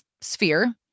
sphere